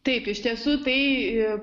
taip iš tiesų tai